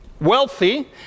wealthy